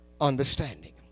understanding